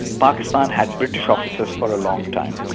pakistan had british officers for a long time.